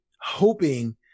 hoping